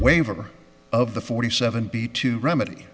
waiver of the forty seven b to remedy